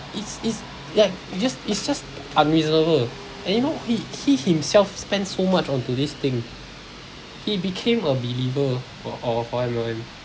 it's it's like you just it's just unreasonable and you know he he himself spend so much onto this thing he became a believer of for M_L_M